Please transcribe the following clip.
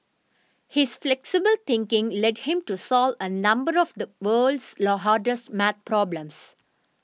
his flexible thinking led him to solve a number of the world's the hardest math problems